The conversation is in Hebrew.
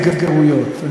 אני לא מגן על התגרויות,